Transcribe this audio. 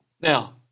Now